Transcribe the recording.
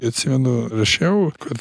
atsimenu rašiau kad